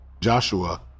Joshua